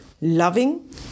loving